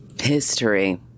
History